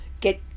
get